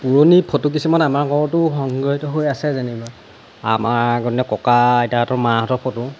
পুৰণি ফটো কিছুমান আমাৰ ঘৰতো সংগ্ৰীহিত হৈ আছে যেনিবা আমাৰ আগৰদিনৰ ককা আইতাহঁতৰ মাহঁতৰ ফটো